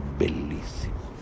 bellissimo